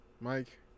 Mike